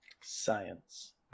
Science